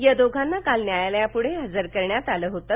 या दोघांना काल न्यायालयापुढे हजर करण्यात आलं होतं